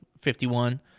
51